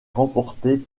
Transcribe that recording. remportée